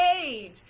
age